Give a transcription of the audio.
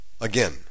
Again